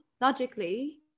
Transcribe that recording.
logically